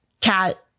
cat